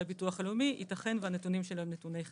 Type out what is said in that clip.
הביטוח הלאומי ייתכן שהנתונים שלהם הם נתוני חסר.